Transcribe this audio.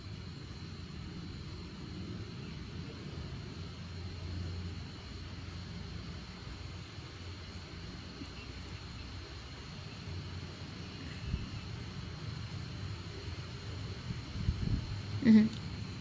mmhmm